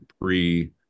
pre-